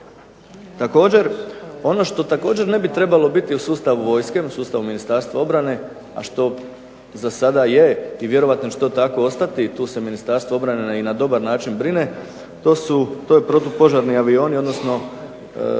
cjelini. Ono što također ne bi trebalo biti u sustavu Ministarstva obrane, a što za sada je i vjerojatno će to tako ostati i tu se Ministarstvo obrane na dobar način brine, to je protupožarni avioni, odnosno